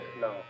No